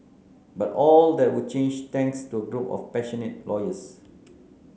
but all that would change thanks to a group of passionate lawyers